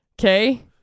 okay